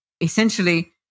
essentially